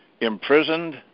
imprisoned